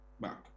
back